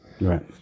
Right